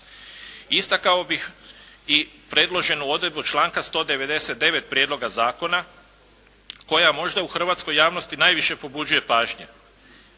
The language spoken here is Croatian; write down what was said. Istakao bih i predloženu odredbu članka 199. Prijedloga zakona koja možda u hrvatskoj javnosti najviše pobuđuje pažnje.